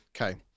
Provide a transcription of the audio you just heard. Okay